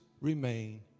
remain